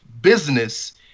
business